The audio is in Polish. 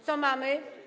Co mamy?